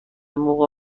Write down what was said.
موقع